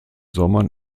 sommern